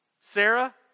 Sarah